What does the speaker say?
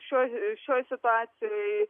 šioj šioj situacijoj